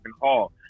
Hall